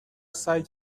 سعی